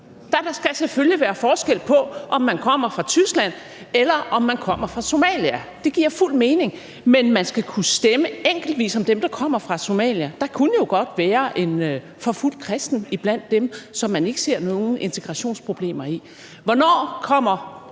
Der skal selvfølgelig være forskel på, om man kommer fra Tyskland, eller om man kommer fra Somalia. Det giver fuldt ud mening. Men man skal kunne stemme enkeltvis om dem, der kommer fra Somalia. Der kunne jo godt være en forfulgt kristen iblandt dem, som man ikke ser nogen integrationsproblemer i. Hvornår kommer